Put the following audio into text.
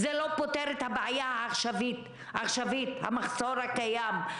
זה לא פותר את הבעיה העכשוויות, את המחסור הקיים.